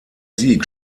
sieg